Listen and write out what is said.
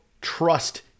trust